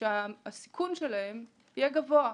שהסיכון שלהם יהיה גבוה.